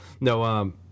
No